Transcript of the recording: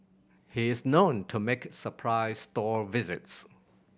he is known to make surprise store visits